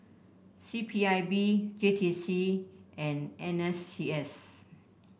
C P I B J T C and N S C S